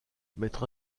mettre